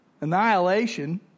Annihilation